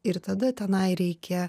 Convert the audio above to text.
ir tada tenai reikia